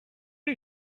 are